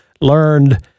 learned